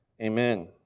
Amen